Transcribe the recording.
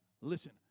Listen